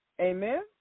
Amen